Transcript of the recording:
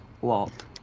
Walt